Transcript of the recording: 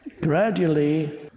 gradually